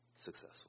successful